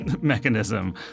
mechanism